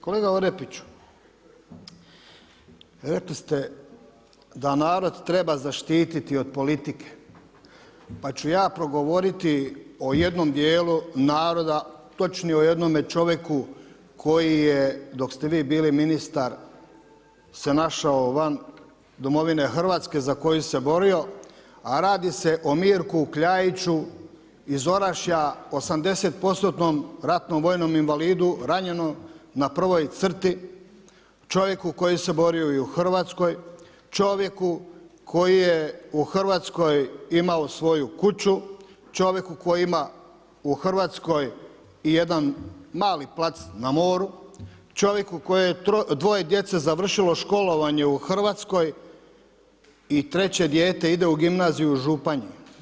Kolega Orepiću, rekli ste da narod treba zaštititi od politike, pa ću ja progovoriti o jednom dijelu naroda, točnije o jednome čovjeku koji je dok ste vi bili ministar se našao van Domovine Hrvatske za koju se borio, a radi se o Mirku Kljaiću iz Orašja, 80 postotnom ratnom vojnom invalidu ranjenom na prvoj crti, čovjeku koji se borio i u Hrvatskoj, čovjeku koji je u Hrvatskoj imao svoju kuću, čovjeku koji ima u Hrvatskoj i jedan mali plac na moru, čovjeku kojemu je dvoje djece završilo školovanje u Hrvatskoj i treće dijete ide u gimnaziju u Županiji.